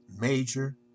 major